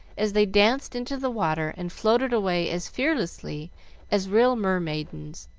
as they danced into the water and floated away as fearlessly as real mermaidens.